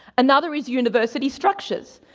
another is university structures.